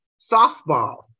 softball